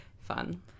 Fun